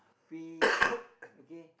peace okay